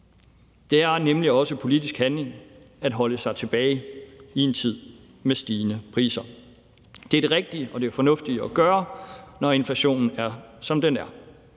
Det er nemlig også politisk handling at holde sig tilbage i en tid med stigende priser. Det er det rigtige og det fornuftige at gøre, når inflationen er, som den er.